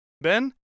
Ben